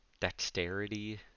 dexterity